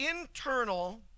internal